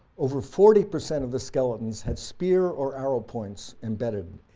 over forty percent of the skeletons had spear or arrow points embedded